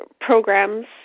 programs